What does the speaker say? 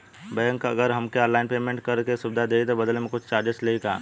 Bank अगर हमके online payment करे के सुविधा देही त बदले में कुछ चार्जेस लेही का?